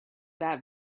that